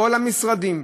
כל המשרדים,